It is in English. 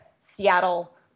Seattle